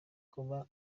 kuba